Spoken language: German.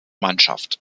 mannschaft